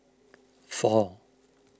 four